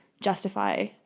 justify